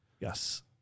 Yes